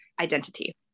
identity